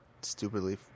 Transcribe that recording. stupidly